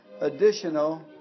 additional